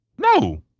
No